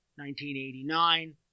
1989